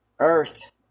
Earth